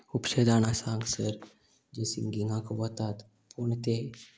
खूबशें जाणा सांगसर जे सिंगिंगाक वतात पूण ते